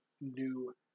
new